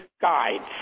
guides